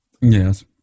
Yes